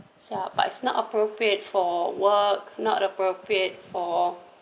yeah but it's not appropriate for work not appropriate for